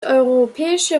europäische